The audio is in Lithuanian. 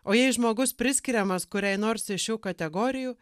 o jei žmogus priskiriamas kuriai nors iš šių kategorijų